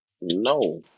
No